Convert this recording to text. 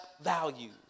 values